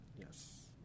Yes